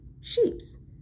sheeps